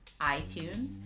iTunes